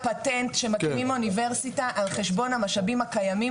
הפטנט שמקימים אוניברסיטה על חשבון המשאבים הקיימים,